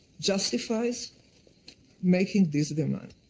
justifies making this demand.